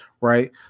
right